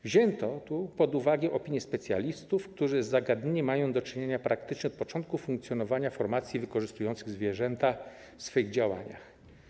Wzięto pod uwagę opinie specjalistów, którzy z tym zagadnieniem mają do czynienia praktycznie od początku funkcjonowania formacji wykorzystujących zwierzęta w swoich działaniach.